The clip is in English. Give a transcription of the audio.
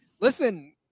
listen